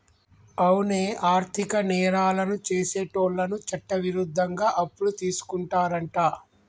అవునే ఆర్థిక నేరాలను సెసేటోళ్ళను చట్టవిరుద్ధంగా అప్పులు తీసుకుంటారంట